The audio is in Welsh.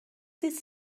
dydd